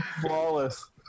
Flawless